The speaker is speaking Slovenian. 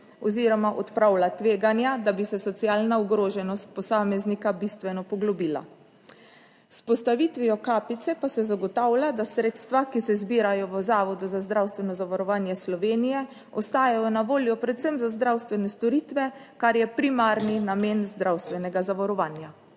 oziroma odpravlja tveganja, da bi se socialna ogroženost posameznika bistveno poglobila. S postavitvijo kapice pa se zagotavlja, da sredstva, ki se zbirajo v Zavodu za zdravstveno zavarovanje Slovenije ostajajo na voljo predvsem za zdravstvene storitve, kar je primarni namen zdravstvenega zavarovanja.